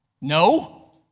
No